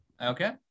Okay